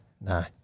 no